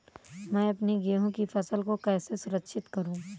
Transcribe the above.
मैं अपनी गेहूँ की फसल को कैसे सुरक्षित करूँ?